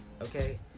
okay